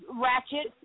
Ratchet